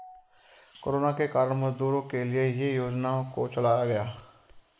corona के कारण मजदूरों के लिए ये योजना को चलाया गया